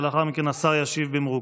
ולאחר מכן השר ישיב במרוכז.